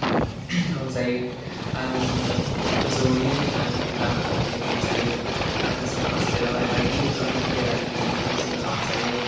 रंजायो आरो जोङो ज'यैहाय थानानै गान खननानै रंजायो आरो जों हस्टेलावहाय बायदि रोखोमनि खेला गेलेनानैहाय जोङो रंजायो